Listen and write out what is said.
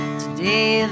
today